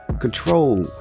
control